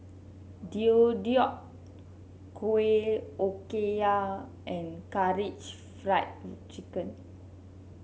Deodeok Gui Okayu and Karaage Fried Chicken